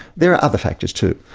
there are other factors too.